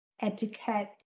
etiquette